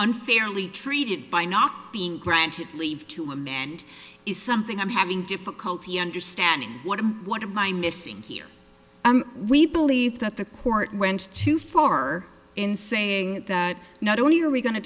unfairly treated by not being granted leave to him and is something i'm having difficulty understanding what i'm what i'm i'm missing here we believe that the court went too far in saying not only are we going to